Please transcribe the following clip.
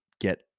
get